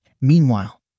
Meanwhile